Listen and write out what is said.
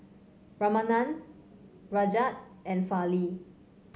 Ramanand Rajat and Fali